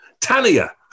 Tania